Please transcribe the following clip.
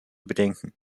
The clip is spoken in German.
bedenken